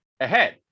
ahead